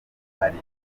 ari